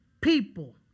people